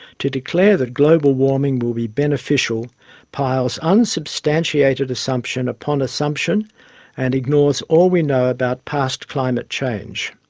to declare that global warming will be beneficial piles unsubstantiated assumption upon assumption and ignores all we know about past climate change.